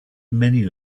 many